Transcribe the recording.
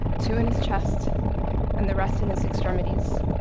two in his chest and the rest in his extremities.